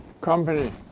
company